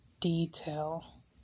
detail